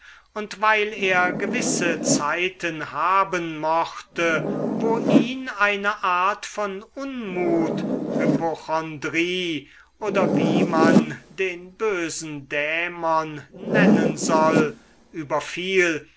und weil er gewisse zeiten haben mochte wo ihn eine art von unmut hypochondrie oder wie man den bösen dämon nennen soll überfiel